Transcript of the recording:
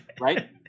right